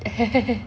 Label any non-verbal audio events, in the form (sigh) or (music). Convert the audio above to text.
(laughs)